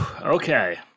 Okay